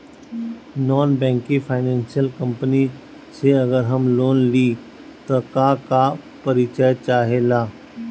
Non banking financial company से अगर हम लोन लि त का का परिचय चाहे ला?